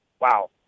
wow